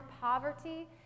poverty